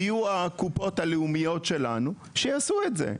שיהיו הקופות הלאומיות שלנו שיעשו את זה.